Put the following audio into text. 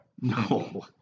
No